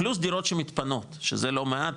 פלוס דירות שמתפנות שזה לא מעט,